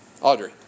Audrey